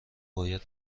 باید